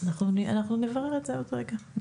אנחנו נברר את זה עוד רגע.